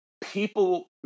People